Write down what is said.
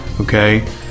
Okay